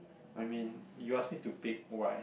I mean you asked me to pick why